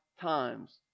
times